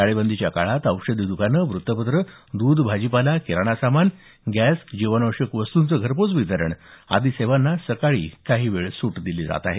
टाळेबंदीच्या काळात औषधी दुकानं व्रतपत्र दध भाजीपाला किराणा सामान गॅस जीवनावशक वस्तुचं घरपोच वितरण आदी सेवांना सकाळी काही वेळ सूट दिली जात आहे